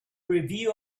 review